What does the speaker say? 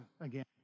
again